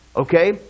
Okay